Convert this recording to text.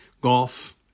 golf